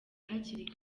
hakiri